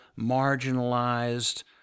marginalized